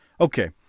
okay